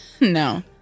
No